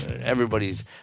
Everybody's